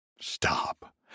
Stop